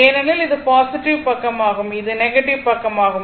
ஏனெனில் இது பாசிட்டிவ் பக்கமாகும் இது நெகட்டிவ் பக்கமாகும்